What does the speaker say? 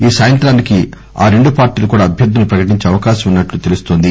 ఈ సాయంత్రానికి ఆరెండు పార్టీలు కూడా అభ్వర్తులను ప్రకటించే అవకాశం ఉన్నట్లు తెలుస్తోంది